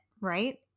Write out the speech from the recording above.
right